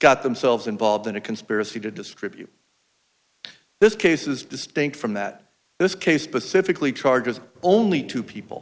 got themselves involved in a conspiracy to distribute this case is distinct from that this case specifically charges only two people